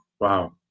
Wow